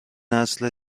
نسل